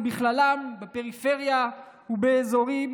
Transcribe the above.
ובכללם לפריפריה ולאזורים